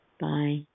Bye